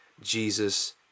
jesus